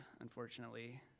unfortunately